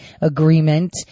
agreement